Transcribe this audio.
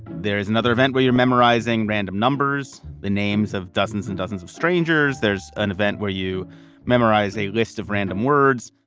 there is another event where you're memorizing random numbers, the names of dozens and dozens of strangers. there's an event where you memorize a list of random words